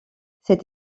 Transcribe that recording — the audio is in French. cette